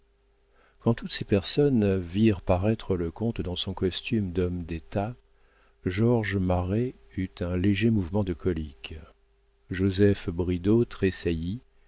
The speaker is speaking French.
quand toutes ces personnes virent paraître le comte dans son costume d'homme d'état georges marest eut un léger mouvement de colique joseph bridau